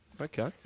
Okay